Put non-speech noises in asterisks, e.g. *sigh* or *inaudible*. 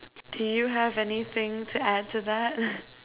do you have anything to add to that *laughs*